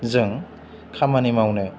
जों खामानि मावनो